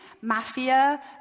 mafia